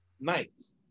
nights